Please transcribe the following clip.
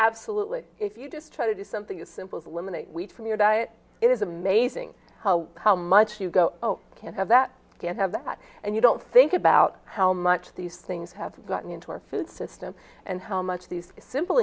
absolutely if you just try to do something as simple as eliminate wheat from your diet it is amazing how much you go oh can't have that you have that and you don't think about how much these things have gotten into our food system and how much these simple